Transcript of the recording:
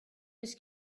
eus